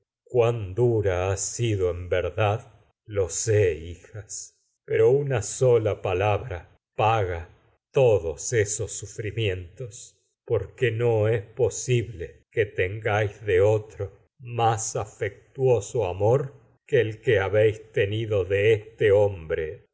cuán dura ha sido edipo en colono en verdad lo sé hijas esos pero una sola palabra paga es to dos sufrimientos afectuoso porque amor posible quq tengáis habéis tenido de en de otro más que el que este hombre